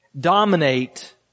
dominate